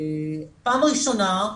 הפעם הראשונה,